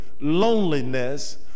loneliness